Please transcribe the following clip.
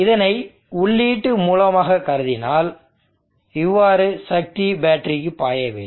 இதனை உள்ளீட்டு மூலமாக கருதினால் இவ்வாறு சக்தி பேட்டரிக்கு பாய வேண்டும்